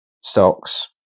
stocks